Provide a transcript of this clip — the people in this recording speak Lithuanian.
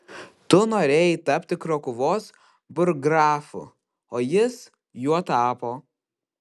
tu norėjai tapti krokuvos burggrafu o jis juo tapo